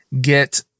get